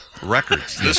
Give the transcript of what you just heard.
Records